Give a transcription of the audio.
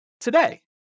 today